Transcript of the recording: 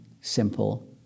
simple